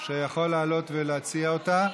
שיכול לעלות ולהציע אותה.